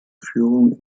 führung